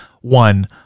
one